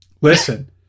listen